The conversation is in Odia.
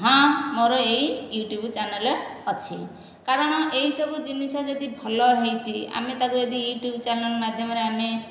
ହଁ ମୋର ଏହି ୟୁଟ୍ୟୁବ ଚାନେଲ ଅଛି କାରଣ ଏଇସବୁ ଜିନିଷ ଯଦି ଭଲ ହେଇଚି ଆମେ ତାକୁ ଯଦି ୟୁଟ୍ୟୁବ ଚାନେଲ ମାଧ୍ୟମରେ ଆମେ